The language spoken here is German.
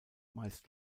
meist